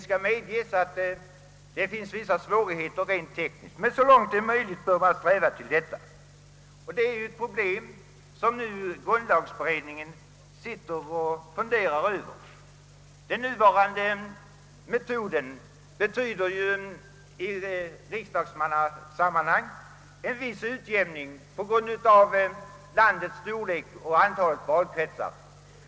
Jag medger att det finns vissa svårigheter rent tekniskt härvidlag, men så långt möj ligt bör man sträva efter att nå detta mål. Grundlagsberedningen funderar nu på problemet. Den nuvarande metoden innebär vid riksdagsmannaval en viss utjämning med hänsyn till olika landsdelar och antalet valkretsar.